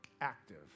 active